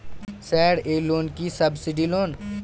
Sir এই loan কি subsidy loan?